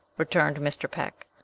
returned mr. peck.